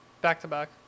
Back-to-back